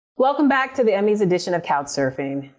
welcome back to the emmys edition of couch surfing.